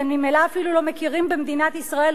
שממילא אפילו לא מכירים במדינת ישראל,